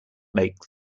make